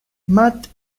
matt